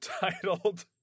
titled